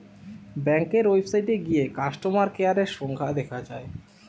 ব্যাংকের ওয়েবসাইটে গিয়ে কাস্টমার কেয়ারের সংখ্যা দেখা যায়